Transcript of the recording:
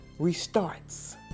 restarts